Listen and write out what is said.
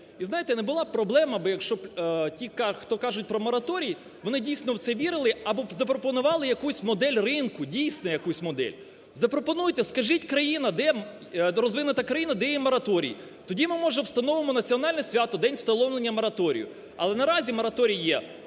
І знаєте, не була б проблема би, якщо б ті, хто кажуть про мораторій, вони б дійсно в це вірили або б запропонували якусь модель ринку, дійсно якусь модель. Запропонуйте, скажіть, країна, де розвинута країна, де є мораторій, тоді ми, може, в становимо національне свято – день встановлення мораторію. Але наразі мораторій є